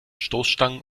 stoßstangen